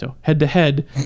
head-to-head